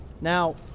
Now